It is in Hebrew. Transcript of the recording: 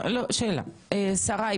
שריי,